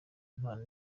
impano